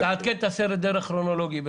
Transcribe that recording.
תעדכן את הסדר הכרונולוגי בהתאם.